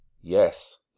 yes